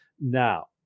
Now